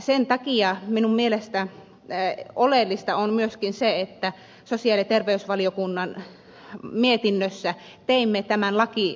sen takia minun mielestäni oleellista on myöskin se että sosiaali ja terveysvaliokunnan mietinnössä teimme tämän lausumaehdotuksen